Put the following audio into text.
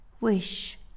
Wish